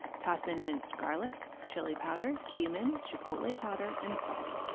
toss in minced garlic, chili powder, cumin, chipotle powder and salt.